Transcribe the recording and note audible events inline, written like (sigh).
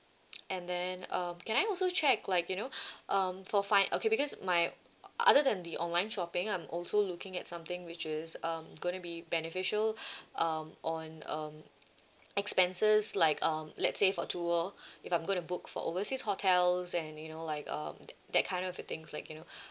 and then um can I also check like you know (breath) um for fi~ okay because my other than the online shopping I'm also looking at something which is um gonna be beneficial (breath) um on um expenses like um let's say for tour if I'm gonna book for overseas hotels and you know like um that that kind of things like you know